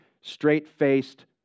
straight-faced